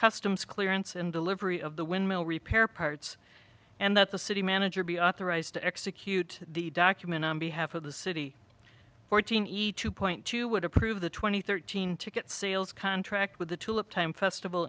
customs clearance and delivery of the windmill repair parts and that the city manager be authorized to execute the document on behalf of the city fourteen e two point two would approve the two thousand and thirteen ticket sales contract with the tulip time festival